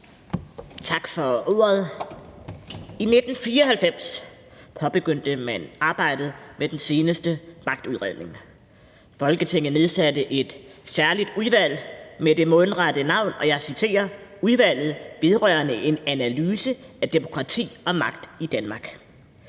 Tak for ordet. I 1994 påbegyndte man arbejdet med den seneste magtudredning. Folketinget nedsatte et særligt udvalg med det mundrette navn, og jeg citerer: »Udvalget vedrørende en analyse af demokrati og magt i Danmark«.